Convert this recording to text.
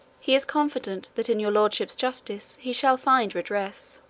he is confident that in your lordships' justice he shall find redress.